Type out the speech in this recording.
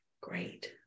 great